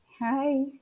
Hi